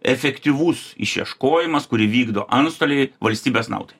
efektyvus išieškojimas kurį vykdo antstoliai valstybės naudai